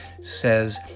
says